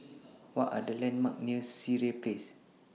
What Are The landmarks near Sireh Place